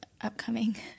upcoming